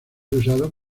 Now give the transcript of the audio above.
usado